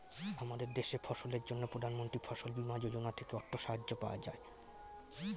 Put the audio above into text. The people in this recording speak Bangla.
আমাদের দেশে ফসলের জন্য প্রধানমন্ত্রী ফসল বীমা যোজনা থেকে অর্থ সাহায্য পাওয়া যায়